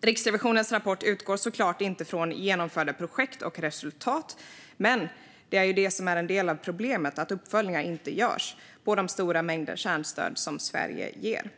Riksrevisionens rapport utgår såklart inte från genomförda projekt och resultat. Men det är det som är en del av problemet - att uppföljningar inte görs när det gäller de stora mängder kärnstöd som Sverige ger.